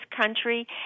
country